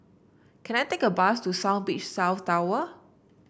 can I take a bus to South Beach South Tower